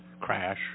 crash